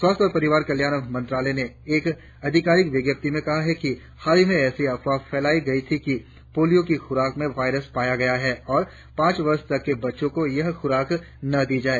स्वास्थ्य और परिवार कल्याण मंत्रालय ने एक अधिकारिक विज्ञप्ति में कहा है कि हाल में ऎसी अफवाह फैलाई जा रही थी कि पोलियो की खुराक में वायरस पाया गया है और पांच वर्ष तक के बच्चों को यह खुराक न दी जाए